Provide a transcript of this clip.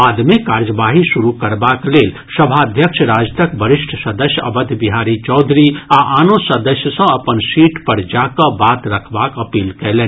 बाद मे कार्यवाही शुरू करबाक लेल सभाध्यक्ष राजदक वरिष्ठ सदस्य अवध बिहारी चौधरी आ आनो सदस्य सँ अपन सीट पर जा कऽ बात रखबाक अपील कयलनि